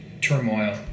turmoil